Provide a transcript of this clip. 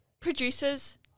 Producers